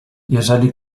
jeżeli